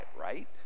right